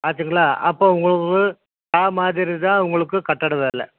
ஆச்சுங்களா அப்போ உங்களுக்கு டா மாதிரி தான் உங்களுக்கு கட்டிட வேலை